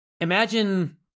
Imagine